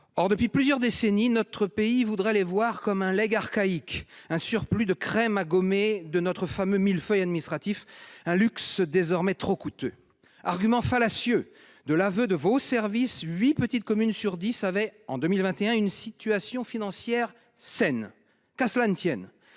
Or depuis plusieurs décennies, notre pays voudrait les considérer comme un legs archaïque, un surplus de crème à gommer de notre fameux millefeuille administratif, un luxe, désormais trop coûteux. Argument fallacieux ! De l'aveu de vos services, huit petites communes sur dix avaient, en 2021, une situation financière saine. Qu'à cela ne tienne,